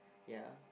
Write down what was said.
ya